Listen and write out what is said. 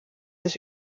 des